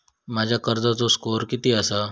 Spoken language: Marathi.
माझ्या कर्जाचो स्कोअर किती आसा?